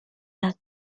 las